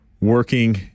working